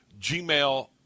Gmail